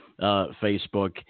Facebook